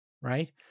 right